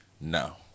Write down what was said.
now